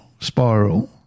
spiral